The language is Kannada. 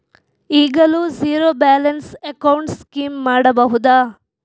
ಈಗಲೂ ಝೀರೋ ಬ್ಯಾಲೆನ್ಸ್ ಅಕೌಂಟ್ ಸ್ಕೀಮ್ ಮಾಡಬಹುದಾ?